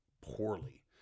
poorly